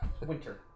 winter